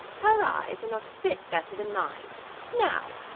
her eyes are not a bit better than mine now!